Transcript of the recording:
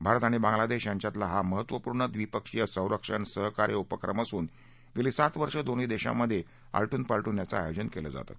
भारत आणि बांगलादेश यांच्यातला महत्त्वपूर्ण द्विपक्षीय संरक्षण सहकार्य उपक्रम असून गेली सात वर्ष दोन्ही देशांमध्ये आलटून पालटून यांचं आयोजन केलं जातं